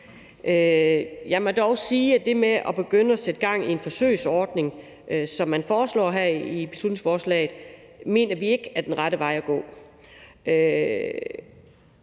Jeg må dog sige, at det med at begynde at sætte gang i en forsøgsordning, som man foreslår her i beslutningsforslaget, mener vi ikke er den rigtige vej at gå.